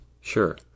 Sure